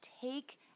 take